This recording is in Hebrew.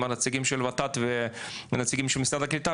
הנציגים של ות"ת ועם הנציגים של משרד הקליטה,